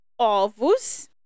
ovos